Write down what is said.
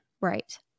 Right